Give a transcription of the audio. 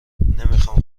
نمیخام